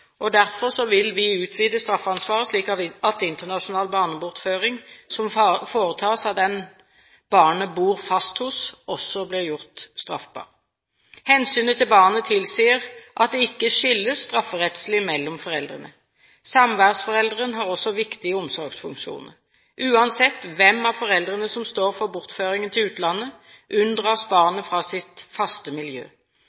Derfor vil vi utvide straffansvaret, slik at internasjonal barnebortføring som foretas av den barnet bor fast hos, også blir gjort straffbart. Hensynet til barnet tilsier at det ikke skilles strafferettslig mellom foreldrene. Samværsforelderen har også viktige omsorgsfunksjoner. Uansett hvem av foreldrene som står for bortføringen til utlandet, unndras